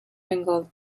bengal